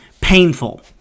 Painful